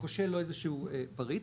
כושל לו איזשהו פריט,